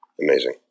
Amazing